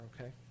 okay